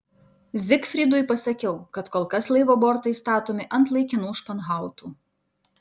zygfridui pasakiau kad kol kas laivo bortai statomi ant laikinų španhautų